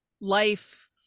life